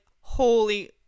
holy